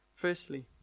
Firstly